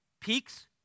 peaks